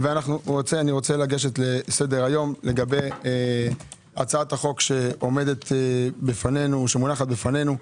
אני רוצה לגשת לסדר-היום לגבי הצעת החוק שמונחת בפנינו,